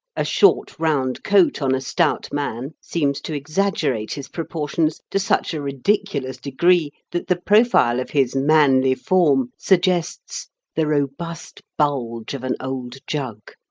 a short, round coat on a stout man seems to exaggerate his proportions to such a ridiculous degree that the profile of his manly form suggests the robust bulge of an old jug.